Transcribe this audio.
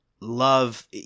love